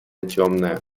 темная